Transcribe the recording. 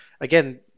again